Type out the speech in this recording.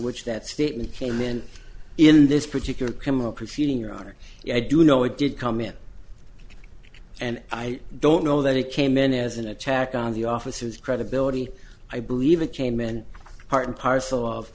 which that statement came in in this particular criminal proceeding or i do know it did come in and i don't know that it came in as an attack on the officers credibility i believe it came in part and parcel of